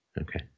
Okay